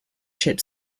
ship